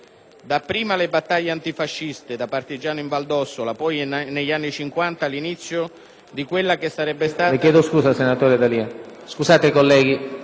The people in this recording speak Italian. Dapprima le battaglie antifasciste, da partigiano in Val d'Ossola, poi, negli anni Cinquanta, l'inizio di quella che sarebbe stata